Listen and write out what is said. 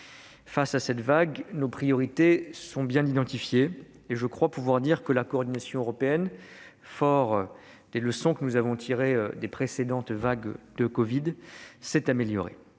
Face à cette cinquième vague, nos priorités sont bien identifiées et, je crois pouvoir le dire, la coordination européenne, forte des leçons tirées des précédentes vagues de covid-19, s'est améliorée.